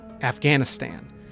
Afghanistan